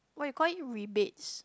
what you call it rebates